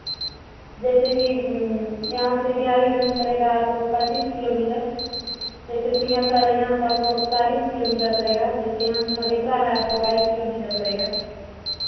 जैसेकि यहाँ से बिहारीगंज पड़ेगा आपको पच्चीस किलोमीटर जैसे सिंहेश्वर है यहाँ से आपको चालीस किलोमीटर पड़ेगा जैसे यहाँ से मधेपुरा है आपको बाइस किलोमीटर पड़ेगा